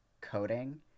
coding